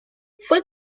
fue